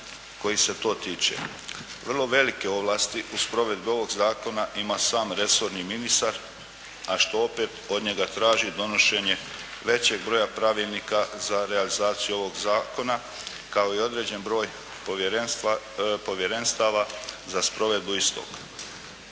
kojih se to tiče. Vrlo velike ovlasti u sprovedbi ovog zakona ima sam resorni ministar, a što opet od njega traži donošenje većeg broja pravilnika za realizaciju ovog zakona kao i određen broj povjerenstava za sprovedbu istog.